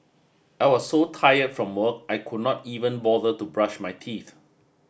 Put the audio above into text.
I was so tired from work I could not even bother to brush my teeth